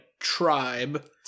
tribe